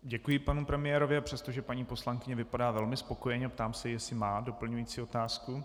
Děkuji panu premiérovi, a přestože paní poslankyně vypadá velmi spokojeně, ptám se, jestli má doplňující otázku.